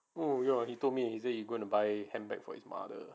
you know he told me he said you gonna buy handbag for his mother